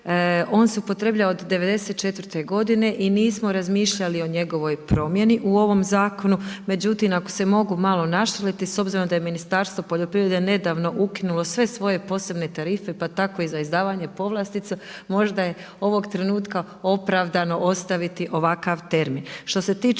on se upotrebljava od '94. godine i nismo razmišljali o njegovoj promjeni u ovom zakonu. Međutim, ako se mogu malo našaliti s obzirom da je Ministarstvo poljoprivrede nedavno ukinulo sve svoje posebne tarife pa tako i za izdavanje povlastica možda je ovog trenutka opravdano ostaviti ovakav termin.